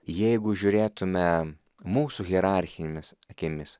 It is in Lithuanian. jeigu žiūrėtume mūsų hierarchinėmis akimis